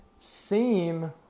Seem